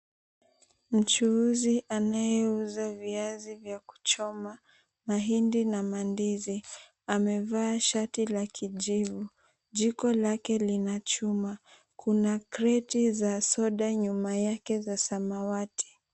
Mchuuzi anayeuza viazi vya kuchomwa, mahindi na mandizi amevaa shati la kijivu, jiko lake lina chuma, kuna kreti za soda nyuma yake za samawati.